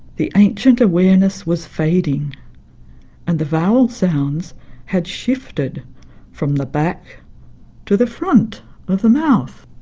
the ancient awareness was fading and the vowel sounds had shifted from the back to the front of the mouth.